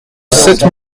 sept